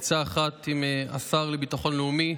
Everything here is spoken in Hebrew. בעצה אחת עם השר לביטחון לאומי,